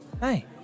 Hey